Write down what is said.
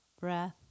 breath